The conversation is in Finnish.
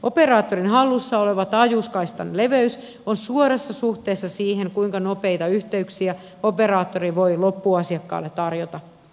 operaattorin hallussa oleva taajuuskaistan leveys on suorassa suhteessa siihen kuinka nopeita yhteyksiä operaattori voi loppuasiakkaalle tarjota